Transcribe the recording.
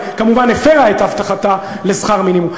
וכמובן הפרה את הבטחתה לשכר מינימום.